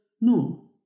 no